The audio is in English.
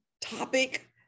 topic